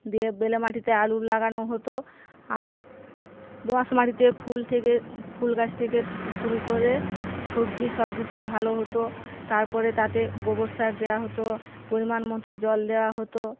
দিয়ে বেলে মাটিতে আলু লাগানো হতো আর দোআঁশ মাটিতে ফুল থেকে ফুল গাছ থেকে শুরু করে সবজি সব কিছুই ভালো হতো তারপরে তাতে গোবর সার দেওয়া হতো পরিমান মত জল দেওয়া হতো